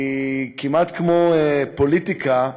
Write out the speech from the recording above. כי כמעט כמו פוליטיקה,